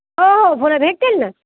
हो हो फुलं भेटतील ना